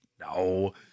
No